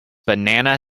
banana